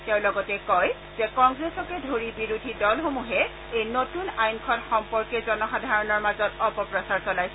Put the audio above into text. তেওঁ লগতে কয় যে কংগ্ৰেছকে ধৰি বিৰোধী দলসমূহে এই নতুন আইনখন সম্পৰ্কে জনসাধাৰণৰ মাজত অপপ্ৰচাৰ চলাইছে